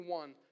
one